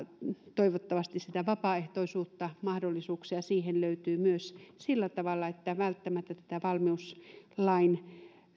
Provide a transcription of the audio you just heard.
toivottavasti myös vapaaehtoisuutta mahdollisuuksia siihen löytyy sillä tavalla että välttämättä tätä valmiuslain